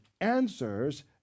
answers